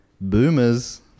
boomers